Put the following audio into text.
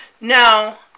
Now